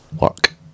Work